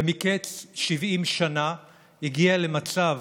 ומקץ 70 שנה הגיעה למצב